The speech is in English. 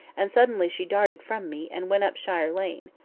and suddenly she darted from me, and went up shire lane.